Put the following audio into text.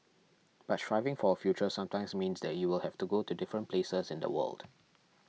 but striving for a future sometimes means that you will have to go to different places in the world